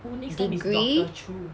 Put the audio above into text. degree